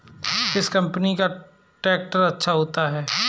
किस कंपनी का ट्रैक्टर अच्छा होता है?